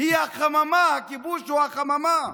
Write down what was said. הכיבוש הוא החממה.